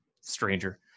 stranger